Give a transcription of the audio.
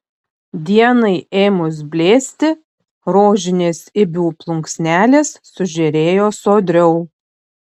dienai ėmus blėsti rožinės ibių plunksnelės sužėrėjo sodriau